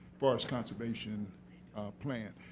forest conservation plan,